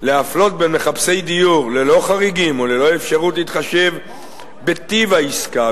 להפלות בין מחפשי דיור ללא חריגים וללא אפשרות להתחשב בטיב העסקה,